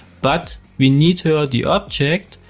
but we need here the object,